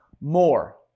more